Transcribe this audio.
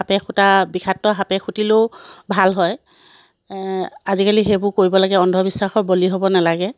সাপে খুটা বিষাক্ত সাপে খুটিলেও ভাল হয় আজিকালি সেইবোৰ কৰিব লাগে অন্ধবিশ্বাসৰ বলি হ'ব নালাগে